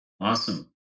Awesome